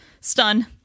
Stun